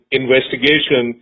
investigation